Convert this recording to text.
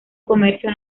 comercio